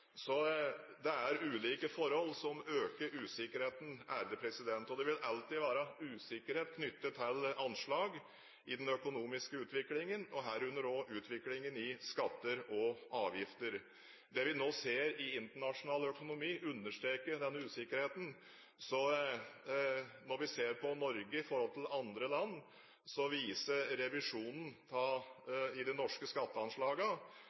Så det er ulike forhold som øker usikkerheten. Det vil alltid være usikkerhet knyttet til anslag i den økonomiske utviklingen, herunder også utviklingen i skatter og avgifter. Det vi nå ser i internasjonal økonomi, understreker denne usikkerheten. Når vi ser på Norge i forhold til andre land, viser